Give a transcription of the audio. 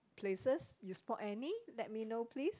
places you spot any let me know please